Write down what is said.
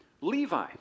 Levi